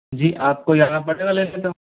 जी आपको यहाँ तो